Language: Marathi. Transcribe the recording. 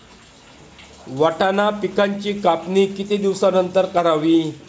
वाटाणा पिकांची कापणी किती दिवसानंतर करावी?